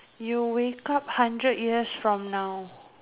you wake up hundreds years from now